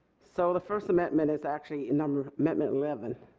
so the first amendment is actually number amendment eleven.